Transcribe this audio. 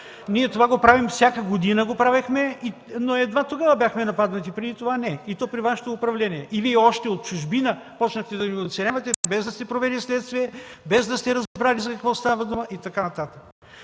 Това го правим всяка година, но едва тогава бяхме нападнати, преди това не и то при Вашето управление. И Вие още от чужбина започнахте да ни оценявате, без да сте провели следствие, без да сте разбрали за какво става дума и така нататък.